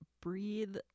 breathe